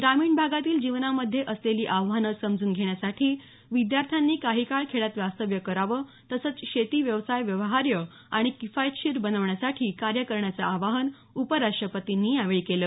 ग्रामीण भागातील जीवनामध्ये असलेली आव्हानं समजून घेण्यासाठी विद्यार्थ्यांनी काही काळ खेड्यात वास्तव्य करावं तसंच शेती व्यवसाय व्यवहार्य आणि किफायतशीर बनवण्यासाठी कार्य करण्याचं आवाहन उपराष्ट्रपतींनी यावेळी केलं